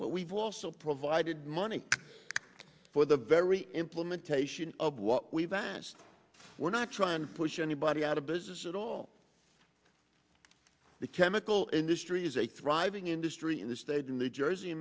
but we've also provided money for the very implementation of what we've asked we're not trying to push anybody out of business at all the chemical industry is a thriving industry in the state of new jersey